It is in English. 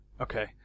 Okay